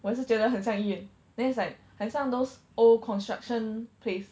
我也是觉得很像医院 then it's like 很像 those old construction place